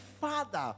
father